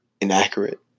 inaccurate